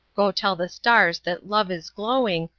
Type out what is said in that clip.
go tell the stars that love is glowing,